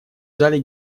зале